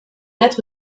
être